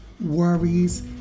worries